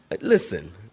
Listen